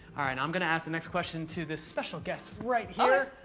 all right, i'm gonna ask the next question to this special guest right here.